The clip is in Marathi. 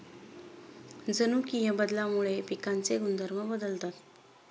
जनुकीय बदलामुळे पिकांचे गुणधर्म बदलतात